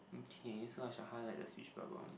okay so I should highlight the speech bubble